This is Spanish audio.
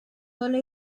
sola